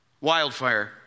wildfire